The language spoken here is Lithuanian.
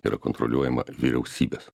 yra kontroliuojama vyriausybės